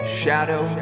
shadow